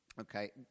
okay